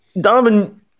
Donovan